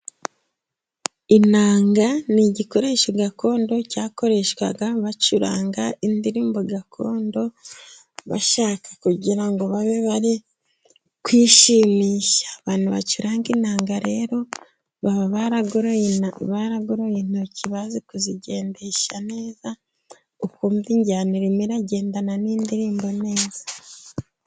Inanga ni igikoresho gakondo cyakoreshwaga bacuranga indirimbo gakondo, bashaka kugira ngo babe bari kwishimisha. Abantu bacuranga inanga rero, baba baragoroye intoki, bazi kuzigendesha neza, ukumva injyana irimo iragendana n’indirimbo neza.